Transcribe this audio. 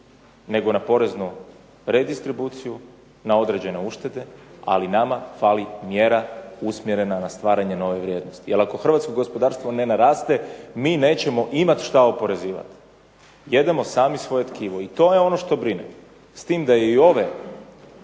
nego na poreznu redistribuciju, na određene uštede ali nama fali mjera usmjerena na stvaranje nove vrijednosti. Jer ako Hrvatsko gospodarstvo ne naraste mi nećemo imati što oporezivati. Jedemo sami svoje tkivo i to je ono što brine, s tim da ove